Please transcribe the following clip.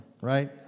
right